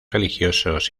religiosos